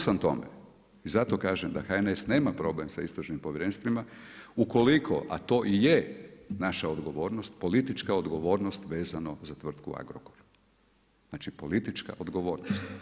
Sklon sam tome i zato kažem da HNS nema problem sa Istražnim povjerenstvima ukoliko a to je ije naša odgovornost, politička odgovornost vezano za tvrtku Agrokor, znači politička odgovornost.